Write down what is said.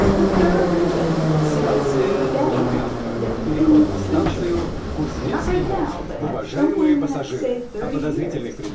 the third reason is if you're betting that in the future not right now but at some point in the next, say, thirty years,